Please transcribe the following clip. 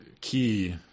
key